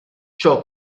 ciò